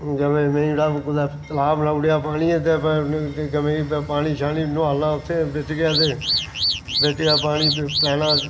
गमें मेहियें लेई कुतै तलाऽ बनाई ओड़ेआ पानी अत्तै गवें लेई पानी शानी नोआलना उत्थै बिच्च गै ते बिच्च गै पानी पलेआना